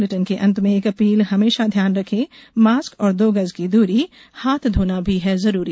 इस बुलेटिन के अंत में एक अपील हमेशा ध्यान रखें मास्क और दो गज की दूरी हाथ धोना भी है जरूरी